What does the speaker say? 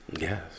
Yes